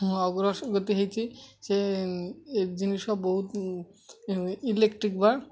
ମୁଁ ଅଗ୍ରଗତି ହେଇଛି ସେ ଏ ଜିନିଷ ବହୁତ ଇଲେକ୍ଟ୍ରିକ୍ ବା